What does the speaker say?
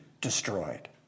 destroyed